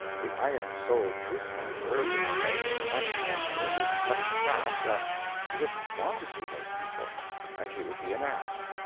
the iron-souled truth-monger would plainly manifest, or even utter the fact, that he didn't want to see those people and he would be an ass,